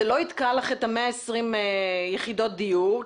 זה לא יתקע לך את 120 יחידות הדיור,